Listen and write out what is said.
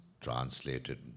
translated